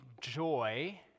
joy